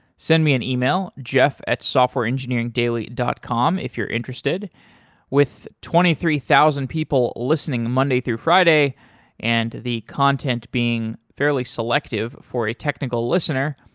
send me an e-mail jeff at softwareengineeringdaily dot com if you're interested with twenty three thousand people listening monday through friday and the content being fairly selective for a technical listener,